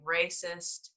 racist